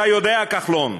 אתה יודע, כחלון,